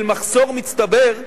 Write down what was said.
של מחסור מצטבר,